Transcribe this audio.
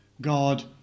God